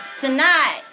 tonight